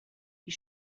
die